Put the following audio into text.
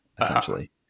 essentially